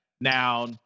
Now